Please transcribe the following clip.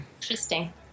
Interesting